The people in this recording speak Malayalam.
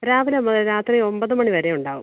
രാവിലെ മുതൽ രാത്രി ഒൻപത് മണി വരെ ഉണ്ടാവും